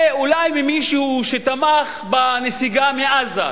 ואולי ממישהו שתמך בנסיגה מעזה,